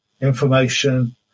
information